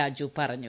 രാജു പറഞ്ഞു